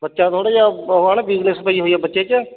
ਬੱਚਾ ਥੋੜ੍ਹਾ ਜਿਹਾ ਉਹ ਆ ਨਾ ਵੀਕਨੈਂਸ ਪਈ ਹੋਈ ਆ ਬੱਚੇ 'ਚ